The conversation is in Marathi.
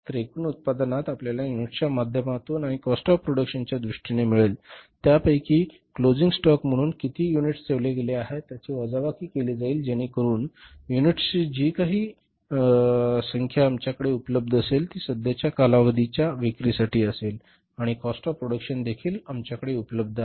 तर एकूण उत्पादन आपल्याला युनिट्सच्या माध्यमात आणि कॉस्ट ऑफ प्रोडक्शनच्या दृष्टीने मिळेल त्यापैकी क्लोजिंग स्टॉक म्हणून किती युनिट्स ठेवले गेले त्यांची वजाबाकी केली जाईल जेणेकरून युनिट्सची जी काही संख्या आमच्याकडे उपलब्ध असेल ती सध्याच्या कालावधीच्या विक्रीसाठी असेल आणि काॅस्ट ऑफ प्रोडक्शन देखील आमच्याकडे उपलब्ध आहे